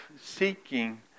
seeking